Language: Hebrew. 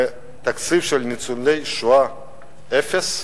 ותקציב של ניצולי שואה אפס,